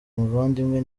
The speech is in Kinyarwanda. muvandimwe